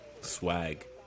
swag